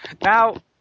Now